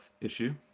issue